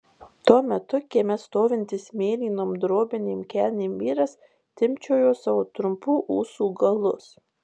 tuo metu kieme stovintis mėlynom drobinėm kelnėm vyras timpčiojo savo trumpų ūsų galus